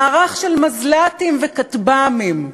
מערך של מזל"טים וכטב"מים,